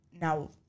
Now